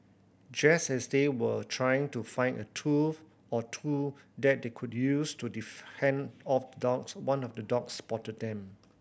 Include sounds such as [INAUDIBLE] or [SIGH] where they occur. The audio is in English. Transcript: just as they were trying to find a tool or two that they could use to the [UNINTELLIGIBLE] off the dogs one of the dogs spotted them